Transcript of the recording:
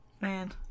Man